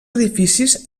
edificis